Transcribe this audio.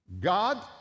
God